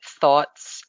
thoughts